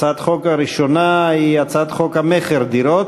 הצעת החוק הראשונה היא הצעת חוק המכר (דירות)